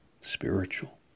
spiritual